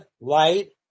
light